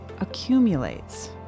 accumulates